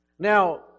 Now